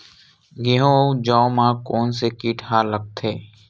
गेहूं अउ जौ मा कोन से कीट हा लगथे?